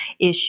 issue